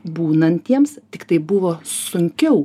būnantiems tiktai buvo sunkiau